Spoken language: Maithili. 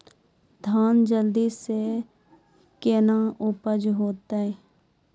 धान जल्दी से के ना उपज तो?